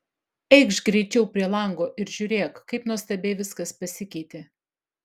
eikš greičiau prie lango ir žiūrėk kaip nuostabiai viskas pasikeitė